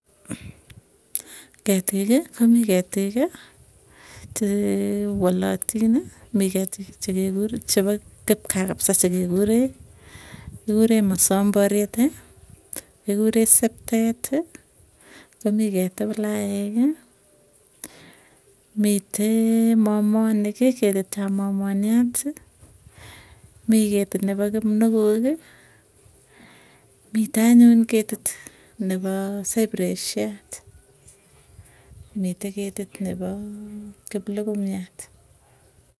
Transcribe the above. Ketiki komii ketiki, chee walatini mi ketik chekekure chepo kipkaa, kapsa chekekuree kikuree mosomborieti kekuree septeti, komii keti plaek, mite momoniki, ketit ap momoniati mii ketit nepo kimnukuki, mitee anyun ketit nepoo saipresiat mitee ketit nepo kiplukumiat.